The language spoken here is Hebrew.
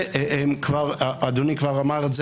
ואת זה אדוני כבר אמר,